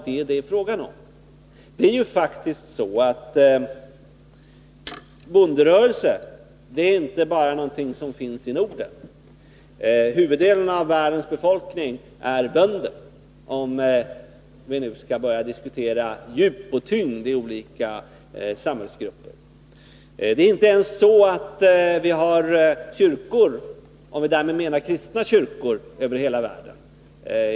Det är faktiskt så, att bonderörelsen inte bara är någonting som finns i Norden. Om vi nu skall diskutera djup och tyngd i olika samhällsgrupper, vill jag säga att huvuddelen av världens befolkning är bönder. Kristna kyrkor finns inte heller över hela världen.